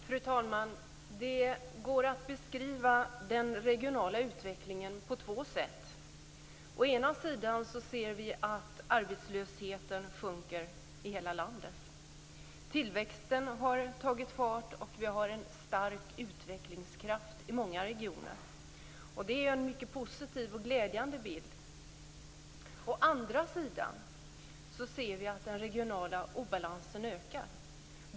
Fru talman! Det går att beskriva den regionala utvecklingen på två sätt. Å ena sidan ser vi att arbetslösheten sjunker i hela landet, tillväxten har tagit fart och vi har en stark utvecklingskraft i många regioner. Det är en mycket positiv och glädjande bild. Å andra sidan ser vi att den regionala obalansen ökar.